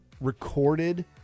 recorded